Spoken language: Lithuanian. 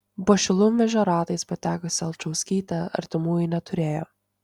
po šilumvežio ratais patekusi alčauskytė artimųjų neturėjo